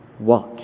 watch